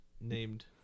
named